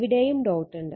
ഇവിടെയും ഡോട്ട് ഉണ്ട്